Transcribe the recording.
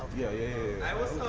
yeah, yeah,